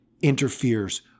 interferes